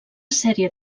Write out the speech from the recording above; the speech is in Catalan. sèrie